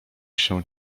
się